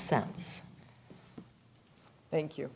sense thank you